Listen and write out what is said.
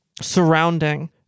surrounding